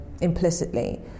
implicitly